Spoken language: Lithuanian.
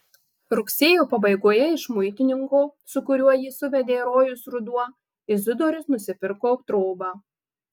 rugsėjo pabaigoje iš muitininko su kuriuo jį suvedė rojus ruduo izidorius nusipirko trobą